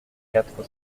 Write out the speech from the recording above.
quatre